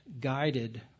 guided